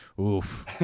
Oof